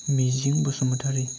मिजिं बसुमथारि